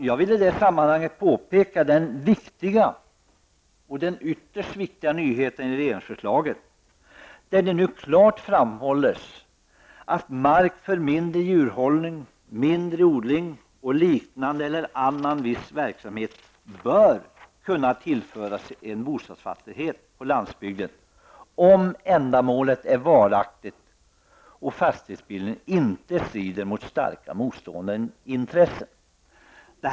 Jag vill i detta sammanhang, herr talman, peka på den ytterst viktiga nyheten i regeringsförslaget, där det nu klart framhålles att mark för mindre djurhållning, mindre odling och liknande eller annan viss näringsverksamhet bör kunna tillföras en bostadsfastighet på landsbygden om ändamålet är varaktigt och fastighetsbildningen inte strider mot starka motstående intressen.